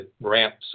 ramps